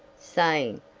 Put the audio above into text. saying,